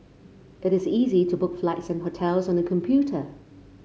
it is easy to book flights and hotels on the computer